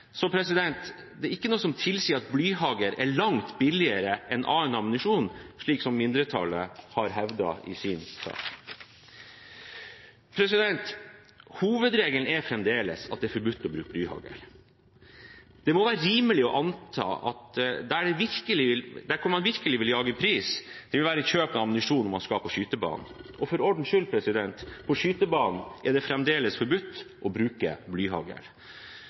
det er ikke noe som tilsier at blyhagl er langt billigere enn annen ammunisjon, slik mindretallet har hevdet i sine merknader. Hovedregelen er fremdeles at det er forbudt å bruke blyhagl. Det må være rimelig å anta at der man virkelig vil jage pris, vil være ved kjøp av ammunisjon når man skal på skytebanen. For ordens skyld: På skytebanen er det fremdeles forbudt å bruke